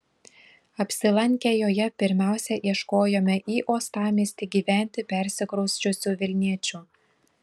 apsilankę joje pirmiausia ieškojome į uostamiestį gyventi persikrausčiusių vilniečių